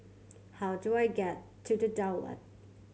how do I get to The Daulat